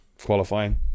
qualifying